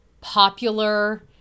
popular